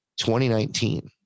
2019